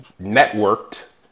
networked